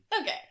Okay